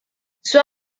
sua